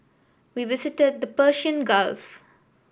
we visited the Persian Gulf